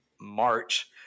March